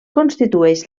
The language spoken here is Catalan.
constitueix